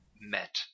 met